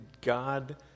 God